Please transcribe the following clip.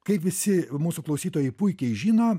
kaip visi mūsų klausytojai puikiai žino